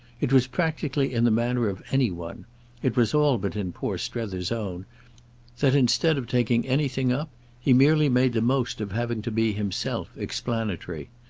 it was practically in the manner of any one it was all but in poor strether's own that instead of taking anything up he merely made the most of having to be himself explanatory.